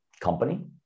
company